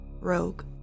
rogue